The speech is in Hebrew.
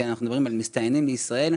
כי אנחנו מדברים על מסתננים לישראל,